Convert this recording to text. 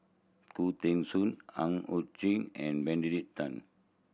Khoo Teng Soon Ang Hiong Chiok and Benedict Tan